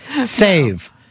Save